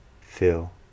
feel